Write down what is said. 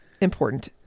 Important